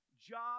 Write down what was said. job